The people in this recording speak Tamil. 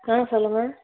ஆ சொல்லுங்கள்